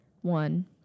one